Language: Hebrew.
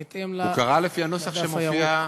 בהתאם, זה הנוסח שמופיע,